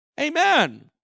Amen